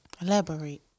Elaborate